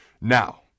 Now